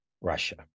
Russia